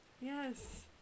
Yes